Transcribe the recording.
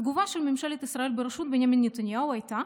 התגובה של ממשלת ישראל בראשות בנימין נתניהו הייתה